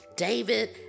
David